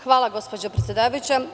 Hvala gospođo predsedavajuća.